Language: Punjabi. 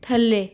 ਥੱਲੇ